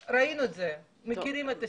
ראינו את זה ומכירים את הסיפורים.